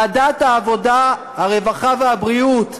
ועדת העבודה, הרווחה והבריאות,